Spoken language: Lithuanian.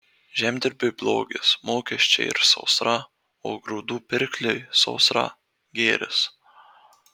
žemdirbiui blogis mokesčiai ir sausra o grūdų pirkliui sausra gėris